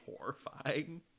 horrifying